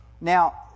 Now